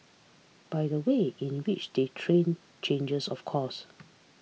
but the way in which they trained changes of course